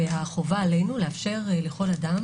וחובה עלינו לאפשר לכל אדם,